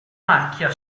macchia